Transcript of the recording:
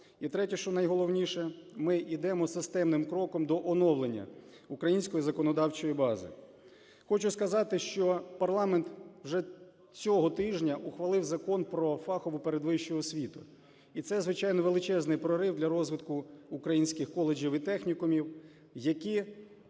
І третє, що найголовніше, ми йдемо системним кроком до оновлення української законодавчої бази. Хочу сказати, що парламент вже цього тижня ухвалив Закон "Про фахову передвищу освіту". І це, звичайно, величезний прорив для розвитку українських коледжів і технікумів, які